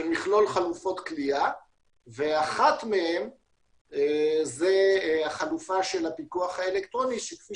של מכלול חלופות כליאה ואחת מהן זו החלופה של הפיקוח האלקטרוני שכפי